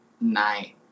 night